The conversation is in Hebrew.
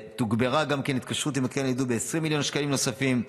ותוגברה התקשרות עם הקרן לידידות ב-20 מיליון שקלים נוספים.